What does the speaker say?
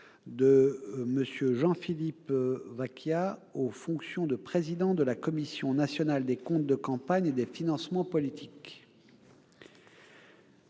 de M. Jean-Philippe Vachia aux fonctions de président de la Commission nationale des comptes de campagne et des financements politiques.